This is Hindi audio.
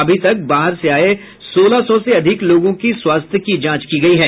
अभी तक बाहर से आये सोलह सौ से अधिक लोगों की स्वास्थ्य की जांच की गयी है